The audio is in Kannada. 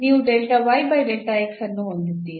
ನೀವು ಅನ್ನು ಹೊಂದಿದ್ದೀರಿ